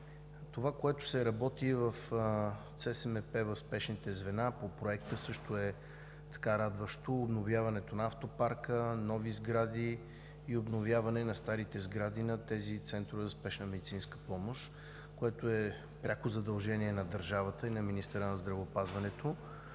за спешна медицинска помощ, в спешните звена по Проекта, също е радващо – обновяването на автопарка, новите сгради и обновяването на старите сгради на тези центрове за спешна медицинска помощ, което е пряко задължение на държавата и на министъра на здравеопазването.